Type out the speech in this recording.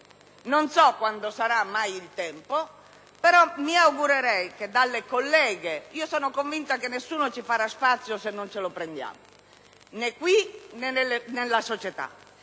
Non so quando sarà mai il tempo. Onorevoli colleghe, sono convinta che nessuno ci farà spazio se non ce lo prendiamo, né qui, né nella società.